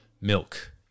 milk